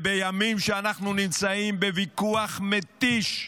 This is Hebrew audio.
בימים שאנחנו נמצאים בוויכוח מתיש,